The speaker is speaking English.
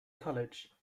college